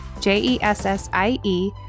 J-E-S-S-I-E